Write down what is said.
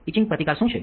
etching પ્રતિકાર શું છે